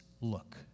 look